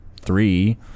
three